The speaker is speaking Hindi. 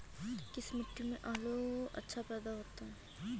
किस मिट्टी में आलू अच्छा पैदा होता है?